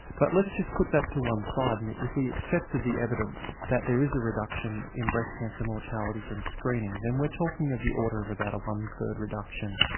but let's just put that to one side. and if we accepted the evidence that there is a reduction in breast cancer mortality from screening, then we're talking of the order about a one-third reduction.